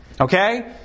Okay